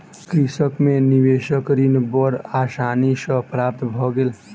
कृषक के निवेशक ऋण बड़ आसानी सॅ प्राप्त भ गेल